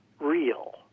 real